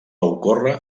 ocórrer